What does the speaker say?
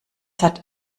hat